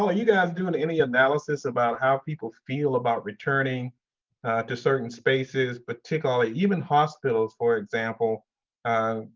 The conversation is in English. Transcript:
ah you guys doing any analysis about how people feel about returning to certain spaces particularly, even hospitals for example.